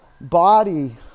body